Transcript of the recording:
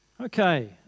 Okay